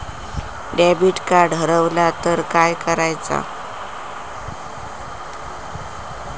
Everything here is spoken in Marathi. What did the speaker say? डेबिट कार्ड हरवल तर काय करायच?